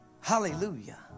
Hallelujah